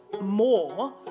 more